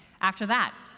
after that,